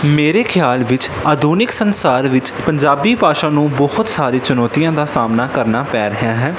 ਮੇਰੇ ਖਿਆਲ ਵਿੱਚ ਆਧੁਨਿਕ ਸੰਸਾਰ ਵਿੱਚ ਪੰਜਾਬੀ ਭਾਸ਼ਾ ਨੂੰ ਬਹੁਤ ਸਾਰੇ ਚੁਣੌਤੀਆਂ ਦਾ ਸਾਹਮਣਾ ਕਰਨਾ ਪੈ ਰਿਹਾ ਹੈ